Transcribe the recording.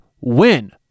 win